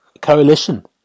Coalition